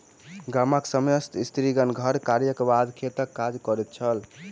गामक समस्त स्त्रीगण घर कार्यक बाद खेतक काज करैत छल